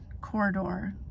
corridor